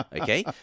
Okay